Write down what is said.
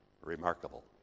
remarkable